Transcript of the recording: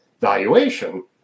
valuation